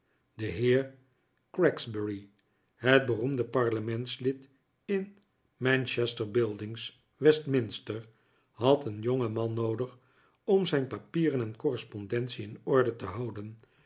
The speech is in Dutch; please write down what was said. de heer gregsbury het beroemde parlementslid in manchester buildings westminster had een jongeman noodig om zijn papieren en correspondentie in orde te houden